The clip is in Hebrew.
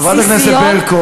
חברת הכנסת ברקו.